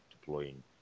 deploying